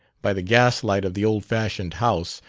by the gas-light of the old-fashioned house,